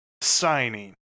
signing